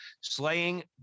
Slaying